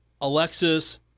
Alexis